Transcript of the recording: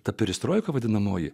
ta perestroika vadinamoji